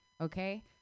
okay